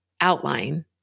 outline